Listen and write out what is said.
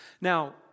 Now